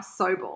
Sobel